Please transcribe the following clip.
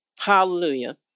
Hallelujah